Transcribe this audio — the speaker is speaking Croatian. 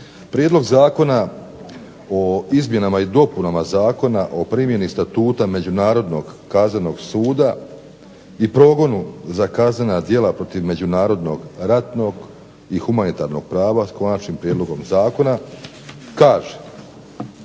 Prijedlog Zakona o izmjenama i dopunama Zakona o primjeni statuta međunarodnog kaznenog suda i progonu za kaznena djela protiv međunarodnog ratnog i humanitarnog prava s konačnim prijedlogom zakona kaže,